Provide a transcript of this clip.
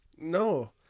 No